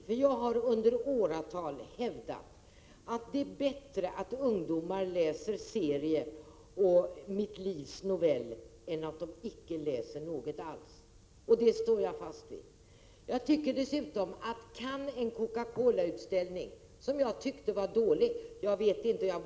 I åratal har vi hävdat att det är bättre att ungdomar läser serier och Mitt Livs Novell än att de icke läser något alls, och det står jag fast vid. Jag vore tacksam om vice ordföranden ville svara på om hon har sett utställningen.